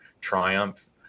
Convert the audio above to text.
triumph